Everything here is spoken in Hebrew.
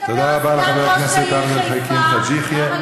תודה רבה לחבר הכנסת עבד אל חכים חאג' יחיא.